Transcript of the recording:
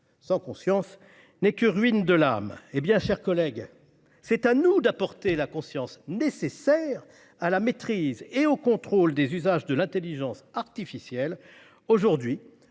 sans conscience n'est que ruine de l'âme ». Mes chers collègues, c'est à nous d'apporter la conscience nécessaire à la maîtrise et au contrôle des usages de l'intelligence artificielle, aujourd'hui